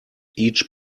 each